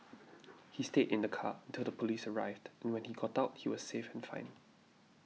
he stayed in the car until the police arrived when he got out he was safe and fine